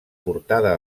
portada